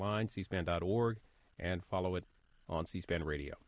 line c span dot org and follow it on c span radio